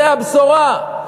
זה הבשורה.